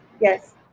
Yes